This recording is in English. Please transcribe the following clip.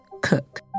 cook